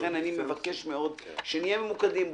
לכן אני מבקש מאוד שנהיה ממוקדים.